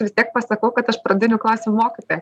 vis tiek pasakau kad aš pradinių klasių mokytoja